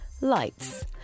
lights